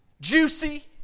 Juicy